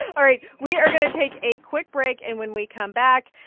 all right. we are going to take a quick break, and when we come back,